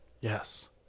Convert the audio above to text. Yes